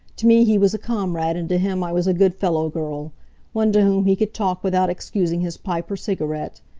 to me he was a comrade, and to him i was a good-fellow girl one to whom he could talk without excusing his pipe or cigarette.